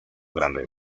grande